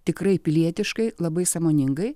tikrai pilietiškai labai sąmoningai